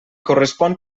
correspon